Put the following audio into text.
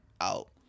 out